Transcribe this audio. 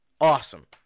Awesome